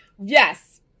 Yes